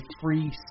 free